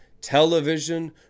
television